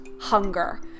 hunger